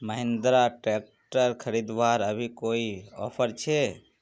Mahindra tractor खरीदवार अभी कोई ऑफर छे?